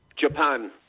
Japan